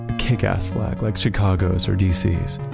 kickass flag, like chicago's or dc's,